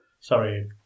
Sorry